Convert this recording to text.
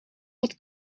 wat